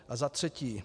A za třetí.